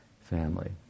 family